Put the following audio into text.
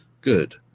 Good